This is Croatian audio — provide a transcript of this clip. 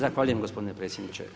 Zahvaljujem gospodine predsjedniče.